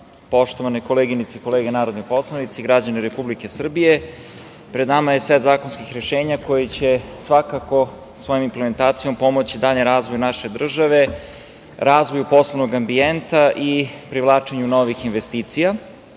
poštovane koleginice i kolege narodni poslanici, građani Republike Srbije, pred nama je set zakonskih rešenja koji će svakako svojom implementacijom pomoći i daljem razvoju naše države, razvoju poslovnog ambijenta i privlačenju novih investicija.